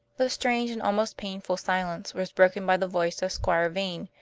the strained and almost painful silence was broken by the voice of squire vane,